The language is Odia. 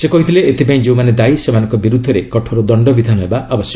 ସେ କହିଥିଲେ ଏଥିପାଇଁ ଯେଉଁମାନେ ଦାୟୀ ସେମାନଙ୍କ ବିରୁଦ୍ଧରେ କଠୋର ଦଶ୍ଚବିଧାନ ହେବା ଉଚିତ